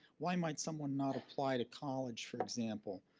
why might someone not apply to college, for example?